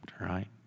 right